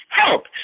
help